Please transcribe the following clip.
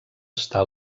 estar